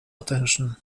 attention